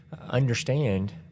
understand